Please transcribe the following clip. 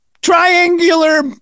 triangular